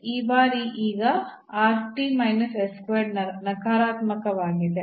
ಈ ಬಾರಿ ಈಗ ಈ ನಕಾರಾತ್ಮಕವಾಗಿದೆ